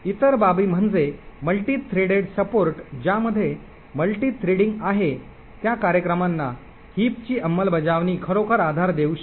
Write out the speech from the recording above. इतर बाबी म्हणजे मल्टीथ्रेडेड सपोर्ट ज्यामध्ये मल्टीथ्रेडिंग आहे त्या कार्यक्रमांना हिप अंमलबजावणी खरोखर आधार देऊ शकते